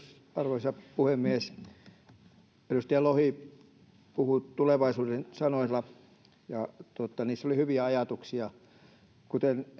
arvoisa puhemies edustaja lohi puhui tulevaisuuden sanoilla ja niissä oli hyviä ajatuksia kuten